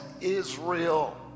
Israel